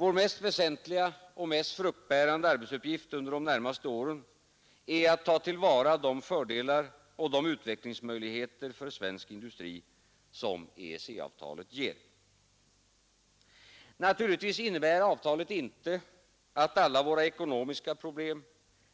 Vår mest väsentliga och mest fruktbärande arbetsuppgift under de närmaste åren är att ta till vara de fördelar och utvecklingsmöjligheter för svensk industri som EEC-avtalet ger. Naturligtvis innebär avtalet inte att alla våra ekonomiska problem